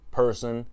person